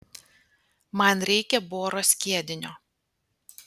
man reikia boro skiedinio